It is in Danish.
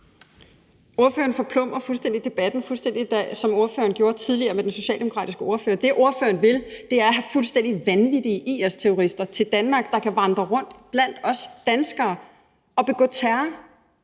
Ordføreren forplumrer fuldstændig debatten, ligesom ordføreren gjorde før i debatten med den socialdemokratiske ordfører. Det, ordføreren vil, er at have fuldstændig vanvittige IS-terrorister til Danmark, der kan vandre rundt blandt os danskere og begå terror.